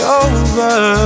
over